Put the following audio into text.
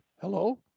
Hello